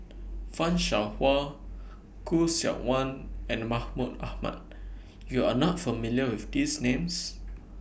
fan Shao Hua Khoo Seok Wan and Mahmud Ahmad YOU Are not familiar with These Names